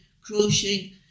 crocheting